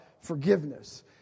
forgiveness